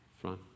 Front